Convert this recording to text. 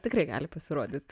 tikrai gali pasirodyt